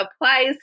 applies